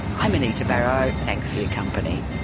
i'm anita barraud. thanks for your company